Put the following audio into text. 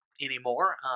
anymore